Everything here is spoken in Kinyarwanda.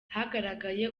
hagaragaye